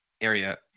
area